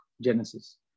Genesis